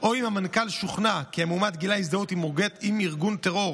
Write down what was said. או אם המנכ"ל שוכנע כי המועמד גילה הזדהות עם ארגון טרור